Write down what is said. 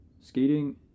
skating